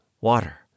Water